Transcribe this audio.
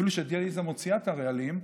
אפילו שהדיאליזה מוציאה את הרעלים,